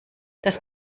das